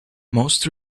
most